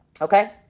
Okay